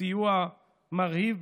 בסיוע מרהיב,